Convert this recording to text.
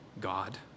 God